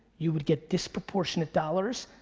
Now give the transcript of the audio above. you would get disproportionate dollars,